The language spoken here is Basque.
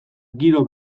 giro